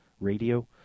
Radio